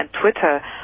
Twitter